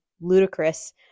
ludicrous